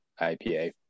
IPA